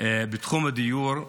בתחום הדיור,